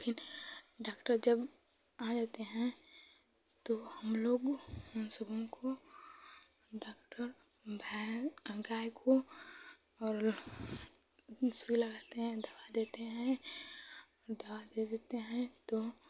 फिर डॉक्टर जब आ जाते हैं तो हमलोग सबों को डॉक्टर भैँस गाय को और सूई लगाते हैं दवा देते हैं दवा दे देते हैं तो